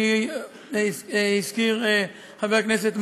הזכיר חבר הכנסת מרגי,